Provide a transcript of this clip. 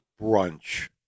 brunch